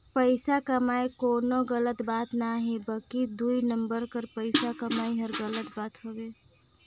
पइसा कमई कोनो गलत बात ना हे बकि दुई नंबर कर पइसा कमई हर गलत बात हवे